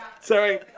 Sorry